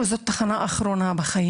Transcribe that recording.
בתחנה אחרונה.